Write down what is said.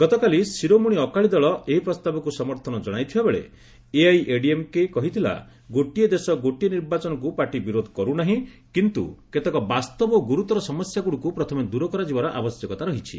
ଗତକାଲି ଶିରୋମଣୀ ଅକାଳୀ ଦଳ ଏହି ପ୍ରସ୍ତାବକ୍ତ ସମର୍ଥନ ଜଣାଇଥିବାବେଳେ ଏଆଇଏଡିଏମ୍କେ କହିଥିଲା ଗୋଟିଏ ଦେଶ ଗୋଟିଏ ନିର୍ବାଚନକୁ ପାର୍ଟି ବିରୋଧ କରୁ ନାହିଁ କିନ୍ତୁ କେତେକ ବାସ୍ତବ ଓ ଗୁରୁତର ସମସ୍ୟାଗୁଡ଼ିକୁ ପ୍ରଥମେ ଦୂର କରାଯିବାର ଆବଶ୍ୟକତା ରହିଛି